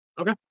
Okay